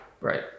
Right